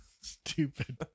Stupid